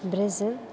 Brazil